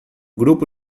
grupo